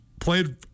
played